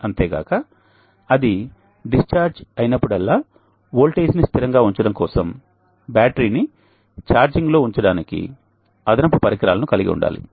అది డిశ్చార్జ్ అయినప్పుడల్లా వోల్టేజి ని స్థిరంగా ఉంచడం కోసం బ్యాటరీని ఛార్జింగ్ లో ఉంచడానికి అదనపు పరికరాలను కలిగి ఉండాలి